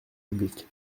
public